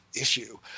issue